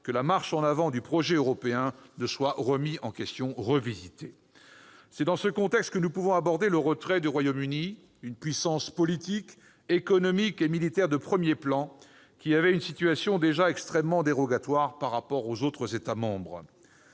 que la marche en avant du projet européen soit pour autant remise en question ou revisitée. C'est dans ce contexte que nous pouvons aborder le retrait du Royaume-Uni, puissance politique, économique et militaire de premier plan, qui jouissait déjà d'un statut extrêmement dérogatoire par rapport aux autres États membres.